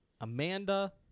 Amanda